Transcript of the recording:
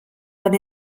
but